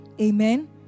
amen